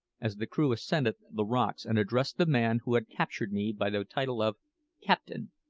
as the crew ascended the rocks and addressed the man who had captured me by the title of captain.